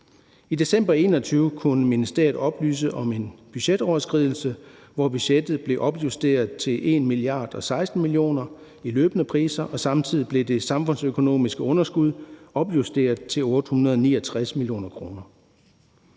I december 2021 kunne ministeriet oplyse om en budgetoverskridelse, hvor budgettet blev opjusteret til 1,016 mia. kr. i løbende priser, og samtidig blev det samfundsøkonomiske underskud opjusteret til 869 mio. kr.